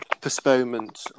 postponement